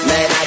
Man